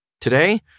Today